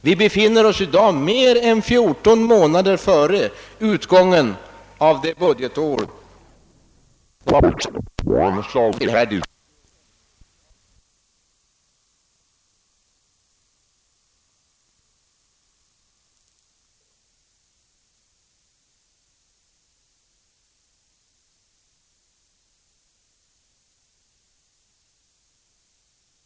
Vi befinner oss nu mer än 14 månader före utgången av det budgetår vars anslag vi diskuterar. Hur kan herr Lindholm då säga att han vet att de presumtiva mottagarländerna inte kan förbruka medlen? Om herr Lindholm vill göra gällande att vi kan göra lika mycket för uhjälpen genom att inte höja anslagen som om vi höjer dem, så frågar jag än en gång: Varför avgick då Ulla Lindström som ansvarig u-landsminister?